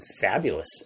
fabulous